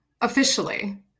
officially